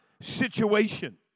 situation